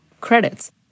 credits